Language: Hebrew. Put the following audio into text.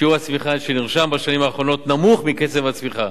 שיעור הצמיחה שנרשם בשנים האחרונות נמוך מקצב הצמיחה